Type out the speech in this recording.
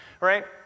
right